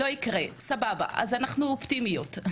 לא יקרה, סבבה, אז אנחנו אופטימיות.